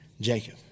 Jacob